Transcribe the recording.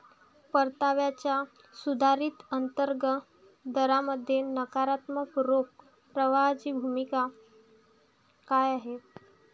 परताव्याच्या सुधारित अंतर्गत दरामध्ये नकारात्मक रोख प्रवाहाची भूमिका काय आहे?